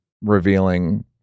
revealing